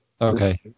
Okay